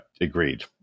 agreed